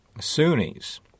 Sunnis